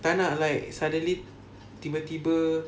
tak nak like suddenly tiba-tiba